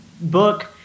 book